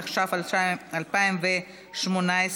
התשע"ח 2018,